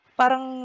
parang